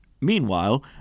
Meanwhile